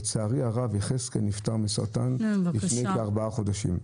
לצערי הרב יחזקאל נפטר מסרטן לפני ארבעה חודשים".